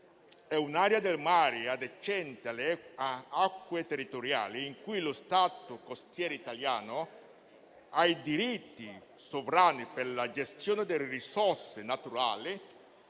È un'area del mare adiacente alle acque territoriali in cui lo Stato costiero italiano ha i diritti sovrani per la gestione delle risorse naturali,